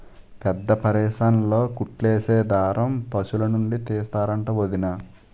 పెద్దాపరేసన్లో కుట్లేసే దారం పశులనుండి తీస్తరంట వొదినా